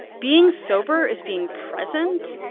being sober is being present,